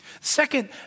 Second